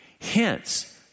Hence